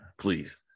please